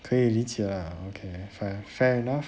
可以理解 ah okay fair fair enough